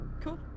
cool